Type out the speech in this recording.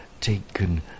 taken